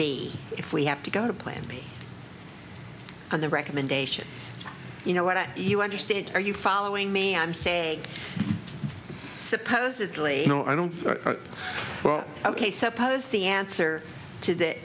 b if we have to go to plan b or the recommendation you know what you understand are you following me i'm say supposedly no i don't well ok suppose the answer to that